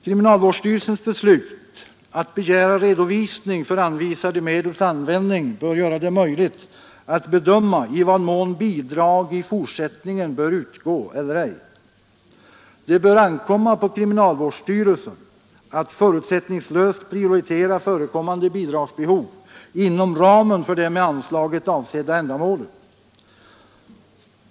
Kriminalvårdsstyrelsens beslut att begära redovisning för anvisade medels användning bör göra det möjligt att bedöma i vad mån bidrag i fortsättningen bör utgå eller ej. Det bör ankomma på kriminalvårdsstyrelsen att förutsättningslöst prioritera förekommande bidragsbehov inom ramen för det med anslaget avsedda ändamålet.